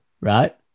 right